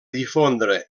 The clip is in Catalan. difondre